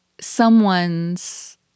someone's